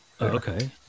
okay